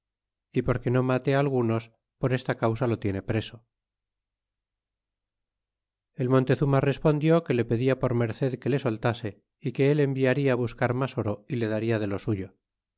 y porque no mate algunos por esta causa lo tiene preso y el montezuma respondió que le pecha por merced que le soltase y que él enviaria buscar mas oro y le daria de lo suyo